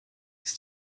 ist